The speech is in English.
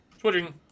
Switching